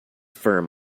firm